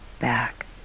back